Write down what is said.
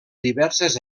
diverses